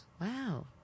Wow